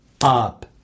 up